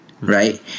Right